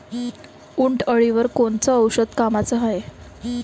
उंटअळीवर कोनचं औषध कामाचं हाये?